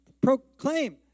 proclaim